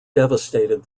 devastated